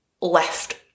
left